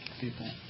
people